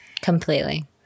Completely